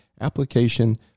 Application